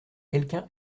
quelqu’un